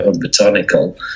botanical